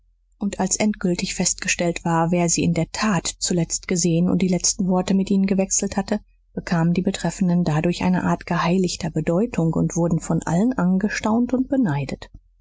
und als endgültig festgestellt war wer sie in der tat zuletzt gesehen und die letzten worte mit ihnen gewechselt hatte bekamen die betreffenden dadurch eine art geheiligter bedeutung und wurden von allen angestaunt und beneidet